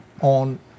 on